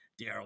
Daryl